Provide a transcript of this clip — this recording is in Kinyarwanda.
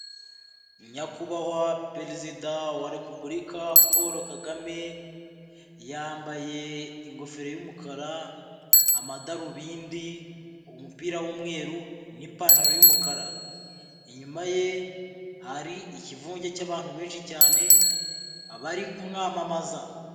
Nyakubahwa Perezida wa Repubulika Paul Kagame, yambaye ingofero y'umukara, amadarubindi, umupira w'umweru n'ipantaro y'umukara. Inyuma ye hari ikivunge cy'abantu benshi cyane, abari kumwamamaza.